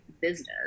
business